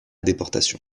déportation